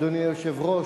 אדוני היושב-ראש,